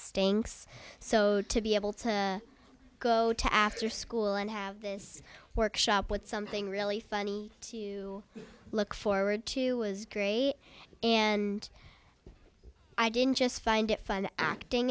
stinks so to be able to go to after school and have this workshop with something really funny to look forward to was great and i didn't just find it fun acting